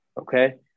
Okay